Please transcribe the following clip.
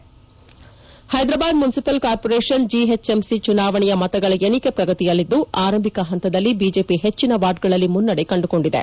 greater Hyderabad municipal corporation GHMC ಚುನಾವಣೆ ಮತಗಳ ಎಣಿಕೆಗಳ ಪ್ರಗತಿಯಲ್ಲಿದ್ದು ಆರಂಭಿಕ ಹಂತದಲ್ಲಿ ಬಿಜೆಪಿ ಹೆಚ್ಚಿನ ವಾರ್ಡ್ಗಳಲ್ಲಿ ಮುನ್ನಡೆ ಕಂಡುಕೊಂಡಿದೆ